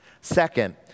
Second